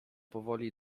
powoli